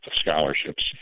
Scholarships